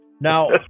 Now